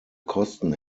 kosten